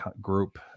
group